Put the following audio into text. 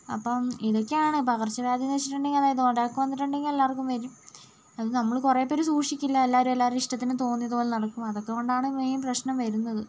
അപ്പം ഇതൊക്കെയാണ് പകർച്ചവ്യാധിയെന്ന് വച്ചിട്ടുണ്ടെങ്കിൽ അതായത് ഒരാൾക്ക് വന്നിട്ടുണ്ടെങ്കിൽ എല്ലാവർക്കും വരും അത് നമ്മൾ കുറേ പേര് സൂക്ഷിക്കില്ല എല്ലാവരും എല്ലാവരുടേയും ഇഷ്ടത്തിന് തോന്നിയത് പോലെ നടക്കും അതൊക്കെ കൊണ്ടാണ് മെയിൻ പ്രശ്നം വരുന്നത്